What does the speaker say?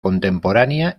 contemporánea